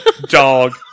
dog